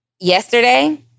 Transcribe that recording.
yesterday